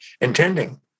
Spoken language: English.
intending